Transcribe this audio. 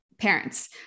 parents